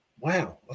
wow